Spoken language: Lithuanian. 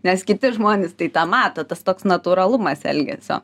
nes kiti žmonės tai tą mato tas toks natūralumas elgesio